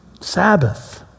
Sabbath